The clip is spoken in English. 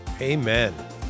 Amen